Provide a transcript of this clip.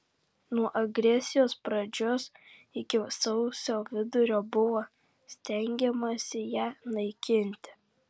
nuo agresijos pradžios iki sausio vidurio buvo stengiamasi ją naikinti